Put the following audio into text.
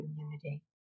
community